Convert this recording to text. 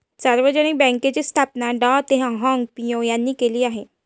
सार्वजनिक बँकेची स्थापना डॉ तेह हाँग पिओ यांनी केली आहे